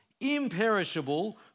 imperishable